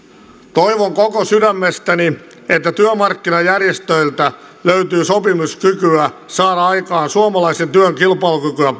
toivon koko sydämestäni että työmarkkinajärjestöiltä löytyy sopimiskykyä saada aikaan suomalaisen työn kilpailukykyä